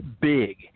big